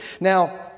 Now